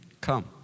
Come